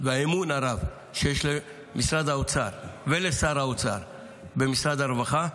והאמון הרב שיש למשרד האוצר ולשר האוצר במשרד הרווחה,